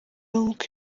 nk’uko